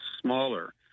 smaller